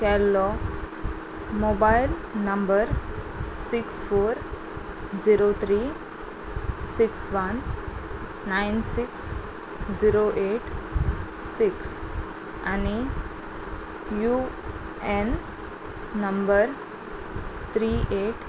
केल्लो mobile number six four zero three six one nine six zero eight six आनी U N number three eight